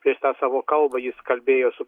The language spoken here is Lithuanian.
prieš tą savo kalbą jis kalbėjo su